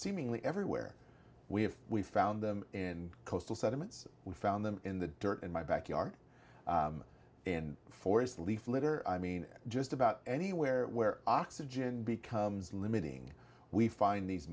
seemingly everywhere we have we found them in coastal sediments we found them in the dirt in my backyard and forest leaf litter i mean just about anywhere where oxygen becomes limiting we find these